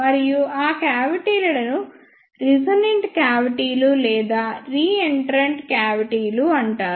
మరియు ఆ కావిటీలను రెసోనెంట్ కావిటీలు లేదా రీఎంట్రన్ట్ కావిటీలు అంటారు